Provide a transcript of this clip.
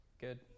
Good